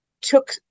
took